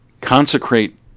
consecrate